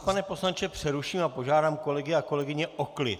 Pane poslanče, já vás přeruším a požádám kolegy a kolegyně o klid.